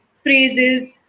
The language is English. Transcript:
phrases